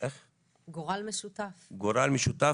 גורל משותף,